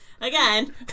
Again